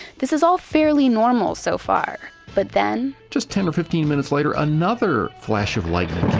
this is all fairly normal so far, but then, just ten or fifteen minutes later, another flash of lightning came,